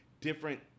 different